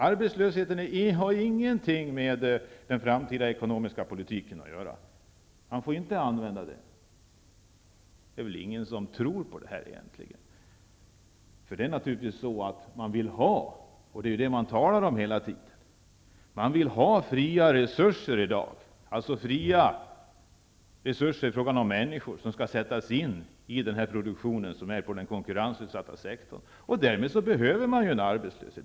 Arbetslösheten har ingenting med den framtida ekonomiska politiken att göra. Man får inte använda det. Det är väl egentligen ingen som tror på det här. Regeringen talar hela tiden om att man i dag vill ha fria resurser i form av människor som skall sättas in i produktionen inom den konkurrensutsatta sektorn. Därmed behöver man en arbetslöshet.